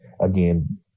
again